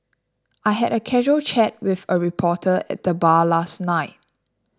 I had a casual chat with a reporter at the bar last night